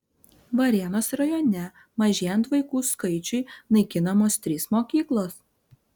varėnos rajone mažėjant vaikų skaičiui naikinamos trys mokyklos